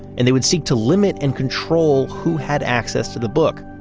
and they would seek to limit and control who had access to the book.